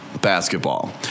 basketball